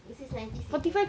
this is ninety C_M